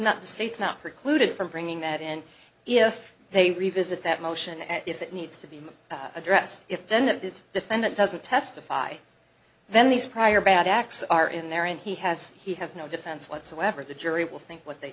not the state's not precluded from bringing that in if they revisit that motion and if it needs to be addressed if the end of the defendant doesn't testify then these prior bad acts are in there and he has he has no defense whatsoever the jury will think what they